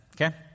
Okay